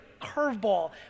curveball